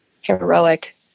heroic